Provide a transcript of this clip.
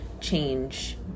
change